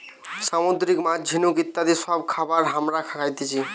সামুদ্রিক মাছ, ঝিনুক ইত্যাদি সব খাবার হামরা খাতেছি